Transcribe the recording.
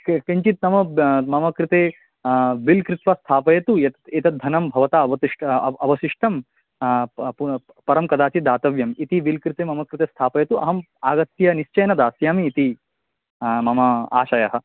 ते किञ्चित् मम ब् मम कृते बिल् कृत्वा स्थापयतु यत् एतत् धनं भवता अवशिष्टं अवशिष्टं परं कदाचित् दातव्यम् इति बिल् कृते मम कृते स्थापयतु अहं आगत्य निश्चयेन दास्यामि इति मम आशयः